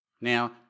Now